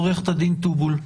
עורכת הדין טובול.